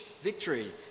Victory